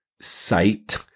sight